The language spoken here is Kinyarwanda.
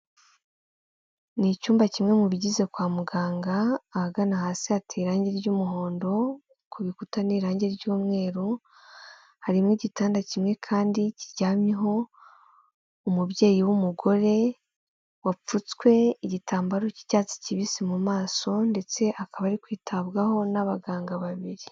Ni icyumba kimwe mu bigize kwa muganga ahagana hasi hateye irangi ry'umuhondo ku bikuta n'irangi ry'umweru harimo igitanda kimwe kandi kiryamyeho umubyeyi w'umugore wapfutswe igitambaro cy'icyatsi kibisi mu maso ndetse akaba ari kwitabwaho n'abaganga babiri.